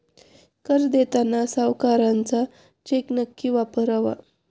कर्ज देताना सावकाराचा चेक नक्की वापरावा